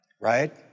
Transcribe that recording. right